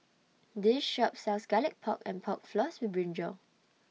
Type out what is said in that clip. This Shop sells Garlic Pork and Pork Floss with Brinjal